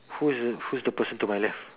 who's the who's the person to my left